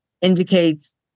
indicates